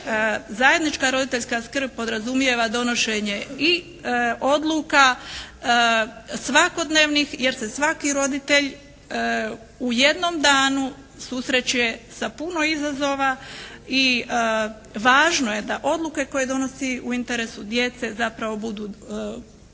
Zajednička roditeljska skrb podrazumijeva donošenje i odluka svakodnevnih jer se svaki roditelj u jedno danu susreće sa puno izazova i važno je da odluke koje donosi u interesu djece zapravo budu odluke